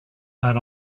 pad